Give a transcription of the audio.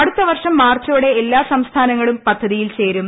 അടുത്ത വർഷം മാർച്ചോടെ എല്ലാ സംസ്ഥാനങ്ങളും പദ്ധതിയിൽ ചേരും